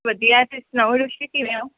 ਵਧੀਆ ਤੁਸੀਂ ਸੁਣਾਓ ਕਿਵੇਂ ਹੋ